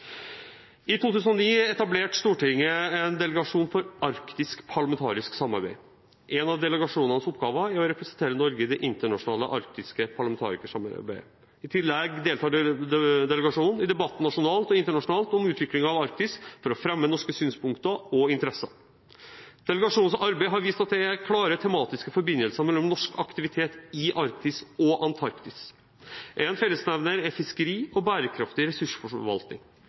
I 2009 etablerte Stortinget en delegasjon for arktisk parlamentarisk samarbeid. En av delegasjonens oppgaver er å representere Norge i det internasjonale arktiske parlamentarikersamarbeidet. I tillegg deltar delegasjonen i debatten nasjonalt og internasjonalt om utviklingen i Arktis for å fremme norske synspunkter og interesser. Delegasjonens arbeid har vist at det er klare tematiske forbindelser mellom norsk aktivitet i Arktis og Antarktis. En fellesnevner er fiskeri og bærekraftig ressursforvaltning.